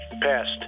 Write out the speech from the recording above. passed